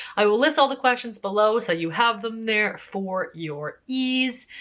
i will list all the questions below so you have them there for your ease.